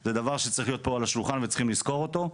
זה דבר שצריך להיות פה על השולחן וצריכים לזכור אותו,